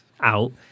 out